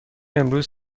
امروز